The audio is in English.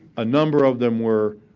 a number of them were,